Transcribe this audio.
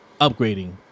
upgrading